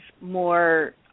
more